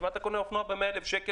הרי אתה לא קונה אופנוע ב-100,000 שקל